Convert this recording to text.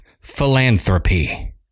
philanthropy